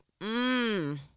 mmm